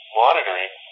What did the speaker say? monitoring